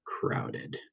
crowded